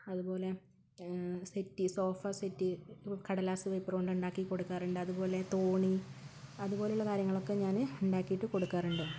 അതുപോലെ settee sofa settee കടലാസ്സു പേപ്പറുകൊണ്ട് ഉണ്ടാക്കി കൊടുക്കാറുണ്ട് അതുപോലെ തോണി അതുപോലുള്ള കാര്യങ്ങളൊക്കെ ഞാൻ ഉണ്ടാക്കിയിട്ട് കൊടുക്കാറുണ്ട്